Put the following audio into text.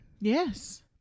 Yes